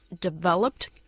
developed